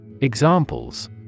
Examples